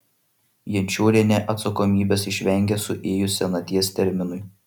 jančiorienė atsakomybės išvengė suėjus senaties terminui